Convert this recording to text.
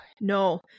no